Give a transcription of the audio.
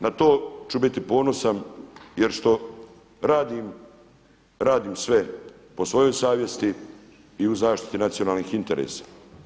Na to ću biti ponosan jer što radim, radim sve po svojoj savjesti i u zaštiti nacionalnih interesa.